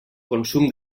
consum